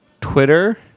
Twitter